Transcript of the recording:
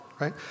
right